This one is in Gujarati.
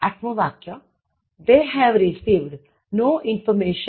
આઠમું વાક્ય They have received no informations